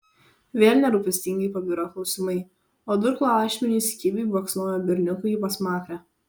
vėl nerūpestingai pabiro klausimai o durklo ašmenys kibiai baksnojo berniukui į pasmakrę